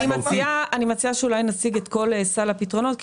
אני מציעה שאולי נציג את כל סל הפתרונות,